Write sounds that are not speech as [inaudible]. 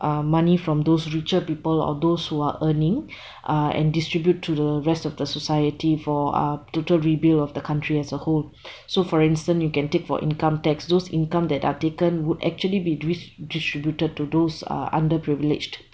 uh money from those richer people or those who are earning [breath] uh and distribute to the rest of the society for uh total rebuild of the country as a whole [breath] so for instance you can take for income tax those income that are taken would actually be dis~ distributed to those uh under privileged